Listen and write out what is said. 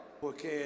Porque